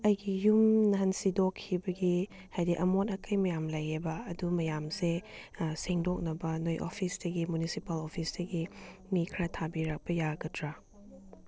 ꯑꯩꯒꯤ ꯌꯨꯝ ꯅꯍꯥꯟ ꯁꯤꯗꯣꯛꯈꯤꯕꯒꯤ ꯍꯥꯏꯗꯤ ꯑꯃꯣꯠ ꯑꯀꯥꯏ ꯃꯌꯥꯝ ꯂꯩꯑꯕ ꯑꯗꯨ ꯃꯌꯥꯝꯁꯦ ꯁꯦꯡꯗꯣꯛꯅꯕ ꯅꯣꯏ ꯑꯣꯐꯤꯁꯇꯒꯤ ꯃꯨꯅꯤꯁꯤꯄꯥꯜ ꯑꯣꯐꯤꯁꯇꯒꯤ ꯃꯤ ꯈꯔ ꯊꯥꯕꯤꯔꯛꯄ ꯌꯥꯒꯗ꯭ꯔꯥ